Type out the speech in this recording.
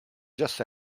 just